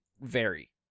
vary